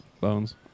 Bones